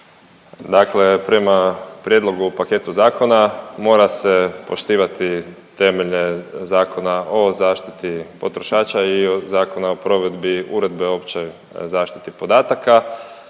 Dakle, prema prijedlogu u paketu zakona mora se poštivati temeljem Zakona o zaštiti potrošača i Zakona o provedbi Uredbe o općoj zaštiti podataka.